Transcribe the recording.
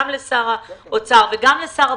גם לשר האוצר וגם לשר הבריאות,